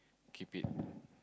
keep it